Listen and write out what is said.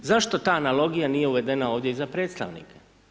Zašto ta analogija nije uvedena ovdje i za predstavnika?